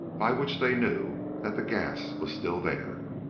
by which they knew that the gas was still there.